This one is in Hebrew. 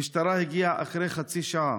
המשטרה הגיעה אחרי חצי שעה.